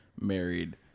married